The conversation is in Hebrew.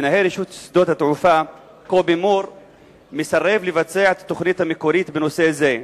מנהל רשות שדות התעופה קובי מור מסרב לבצע את התוכנית המקורית בנושא זה.